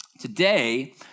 today